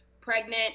pregnant